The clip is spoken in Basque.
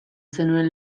zenuen